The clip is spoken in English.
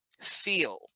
feel